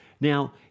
Now